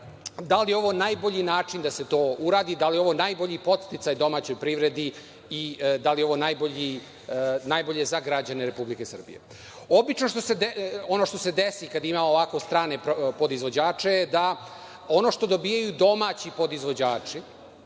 da li je ovo najbolji način da se to uradi, da li je ovo najbolji podsticaj domaćoj privredi i da li je ovo najbolje za građane Republike Srbije. Obično ono što se desi kada imamo strane podizvođače je da ono što dobijaju domaći podizvođači